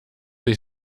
ich